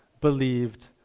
believed